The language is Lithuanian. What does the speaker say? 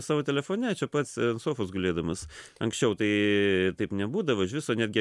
savo telefone čia pats sofos gulėdamas anksčiau tai taip nebūdavo iš viso netgi